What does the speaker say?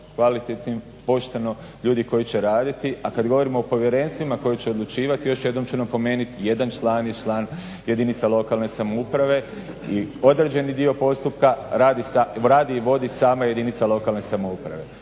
kvalitetnim, pošteno ljudi koji će raditi, a kad govorimo o povjerenstvima koja će odlučivati još jednom ću napomenuti, jedan član je član jedinica lokalne samouprave i određeni dio postupka radi i vodi sama jedinica lokalne samouprave.